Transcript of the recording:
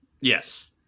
Yes